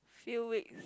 few weeks